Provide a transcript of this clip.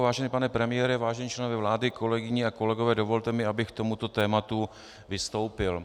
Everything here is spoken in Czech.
Vážený pane premiére, vážení členové vlády, kolegyně a kolegové, dovolte mi, abych k tomuto tématu vystoupil.